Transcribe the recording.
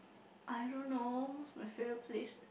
I don't know what's my favourite place